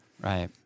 Right